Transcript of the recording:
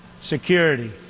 security